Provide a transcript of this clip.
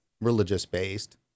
religious-based